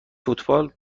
فوتبال